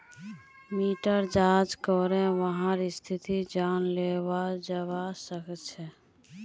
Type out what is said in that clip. मिट्टीर जाँच करे वहार स्थिति जनाल जवा सक छे